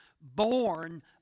Born